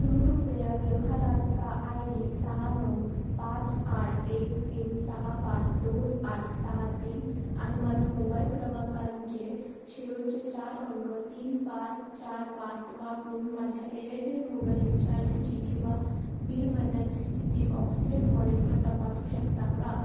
तुम्ही कृपया व्यवहाराचा आय डी सहा नऊ पाच आठ एक तीन सहा पाच दोन आठ सहा तीन आणि माझ्या मोबाईल क्रमांकांचे शेवटचे चार अंक तीन पाच चार पाच वापरून माझ्या एअरटेल मोबाईल रिचार्जची किंवा बिल भरण्याची स्थिती ऑक्सिजन वॉलेटवर तपासू शकता का